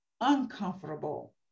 uncomfortable